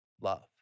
love